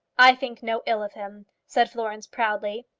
i think no ill of him, said florence proudly.